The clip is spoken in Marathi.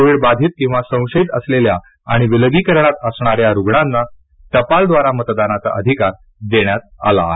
कोविड बाधित किंवा संशयित असलेल्या आणि विलगीकरणात असणाऱ्या रुग्णाना टपाल द्वारा मतदानाया अधिकार देण्यात आला आहे